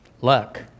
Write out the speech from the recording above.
Luck